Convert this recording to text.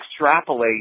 extrapolate